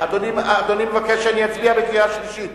אדוני מבקש שאני אצביע בקריאה שלישית?